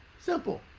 Simple